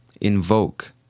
Invoke